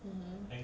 um hmm